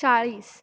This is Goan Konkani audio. चाळीस